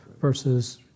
versus